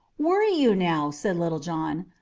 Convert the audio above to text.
were you, now? said little john.